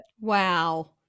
Wow